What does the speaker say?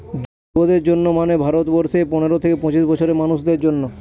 যুবদের জন্য মানে ভারত বর্ষে পনেরো থেকে পঁচিশ বছরের মানুষদের জন্য